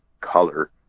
color